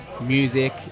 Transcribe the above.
music